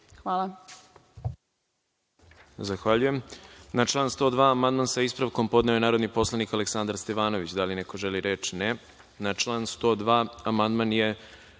Hvala.